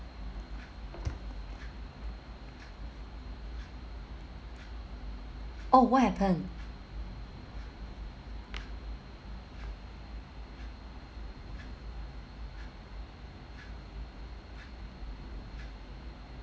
oh what happened